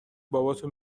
باباتو